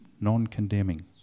Non-condemning